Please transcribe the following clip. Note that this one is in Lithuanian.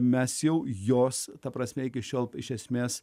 mes jau jos ta prasme iki šiol iš esmės